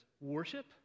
worship